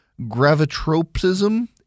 gravitropism